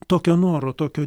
tokio noro tokio